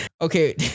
Okay